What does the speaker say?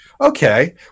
Okay